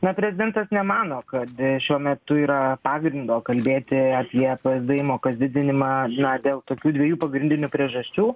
na prezidentas nemano kad šiuo metu yra pagrindo kalbėti apie psd įmokos didinimą na dėl tokių dviejų pagrindinių priežasčių